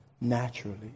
naturally